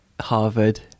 Harvard